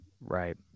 Right